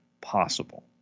possible